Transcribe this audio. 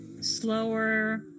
slower